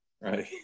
Right